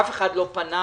אף אחד לא פנה